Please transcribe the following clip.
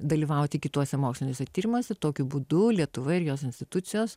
dalyvauti kituose moksliniuose tyrimuose tokiu būdu lietuva ir jos institucijos